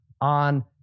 on